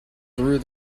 through